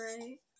Right